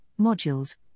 modules